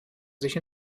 sich